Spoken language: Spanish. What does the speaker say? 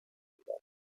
rural